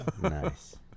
nice